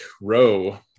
row